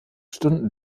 stunden